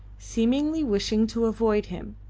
seemingly wishing to avoid him,